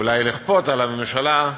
אולי לכפות, על הממשלה,